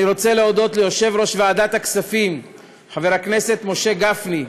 אני רוצה להודות ליושב-ראש ועדת הכספים חבר הכנסת משה גפני,